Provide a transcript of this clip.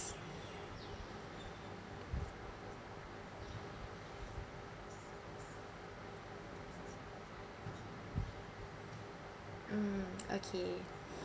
mm okay